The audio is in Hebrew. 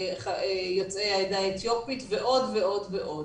ליוצאי העדה האתיופית ועוד ועוד ועוד.